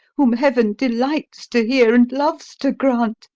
whom heaven delights to hear and loves to grant,